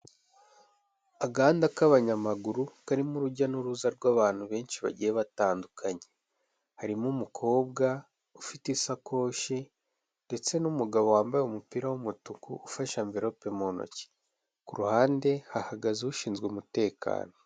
Agahanda k'abanyamaguru karimo urujya n'uruza rw'abantu benshi bagiye batandukanye. Harimo umukobwa ufite isakoshi ndetse n'umugabo wambaye umupira w'umutuku ufashe amverope mu ntoki, kuruhande hahagaze ushinzwe umutekano.